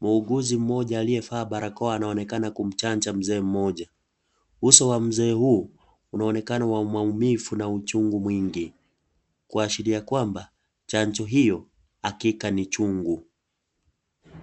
muuguzi mmoja aliyevaa barakoa anaonekana kumchanja mzee mmoja. Uso wa mzee huyu unaonekana wa maumivu na uchungu mwingi. Kuashiria kwamba chanjo hiyo hakika ni chungu.